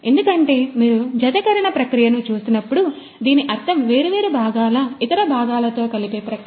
ఎందుకంటే మీరు జతకరణ ప్రక్రియను చూసినప్పుడు దీని అర్థం వేర్వేరు భాగాల ఇతర భాగాలతో కలిపే పక్రియ